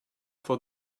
for